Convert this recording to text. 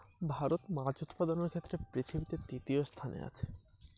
ভারত মাছ উৎপাদনের ক্ষেত্রে পৃথিবীতে তৃতীয় স্থানে আছে